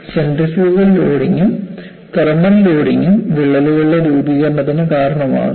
centrifugal ലോഡിംഗും thermal ലോഡിംഗും വിള്ളലുകളുടെ രൂപീകരണത്തിന് കാരണമാകുന്നു